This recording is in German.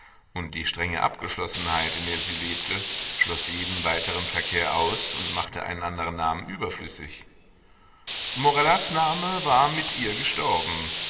und die strenge abgeschlossenheit in der sie lebte schloß jeden weiteren verkehr aus und machte einen anderen namen überflüssig morellas name war mit ihr gestorben